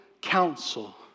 counsel